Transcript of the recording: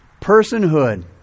Personhood